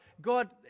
God